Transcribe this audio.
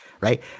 right